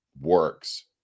works